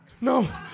No